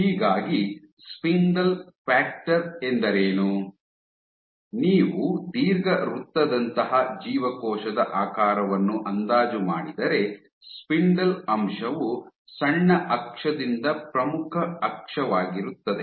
ಹೀಗಾಗಿ spindle factor ಎಂದರೇನು ನೀವು ದೀರ್ಘವೃತ್ತದಂತಹ ಜೀವಕೋಶದ ಆಕಾರವನ್ನು ಅಂದಾಜು ಮಾಡಿದರೆ ಸ್ಪಿಂಡಲ್ ಅಂಶವು ಸಣ್ಣ ಅಕ್ಷದಿಂದ ಪ್ರಮುಖ ಅಕ್ಷವಾಗಿರುತ್ತದೆ